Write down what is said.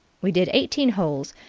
we did eighteen holes,